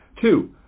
Two